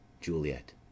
JULIET